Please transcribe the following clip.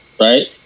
right